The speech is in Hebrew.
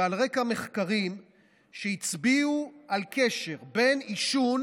ועל רקע מחקרים שהצביעו על קשר בין עישון